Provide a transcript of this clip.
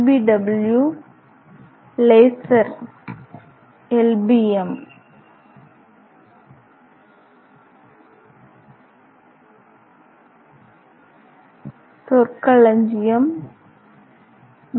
W laser L